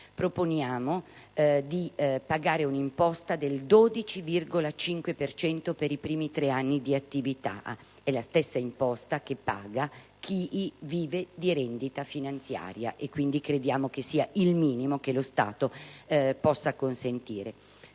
Proponiamo di pagare un'imposta del 12,5 per cento per i primi tre anni di attività; è la stessa imposta che paga chi vive di rendita finanziaria e, quindi, crediamo che sia il minimo che lo Stato possa consentire.